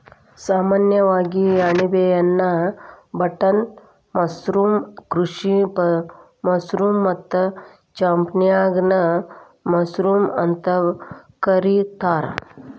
ಸಾಮಾನ್ಯವಾಗಿ ಅಣಬೆಯನ್ನಾ button mushroom, ಕೃಷಿ ಮಶ್ರೂಮ್ ಮತ್ತ ಚಾಂಪಿಗ್ನಾನ್ ಮಶ್ರೂಮ್ ಅಂತ ಕರಿತಾರ